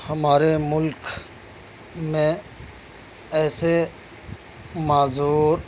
ہمارے ملک میں ایسے معذور